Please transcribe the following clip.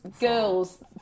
girls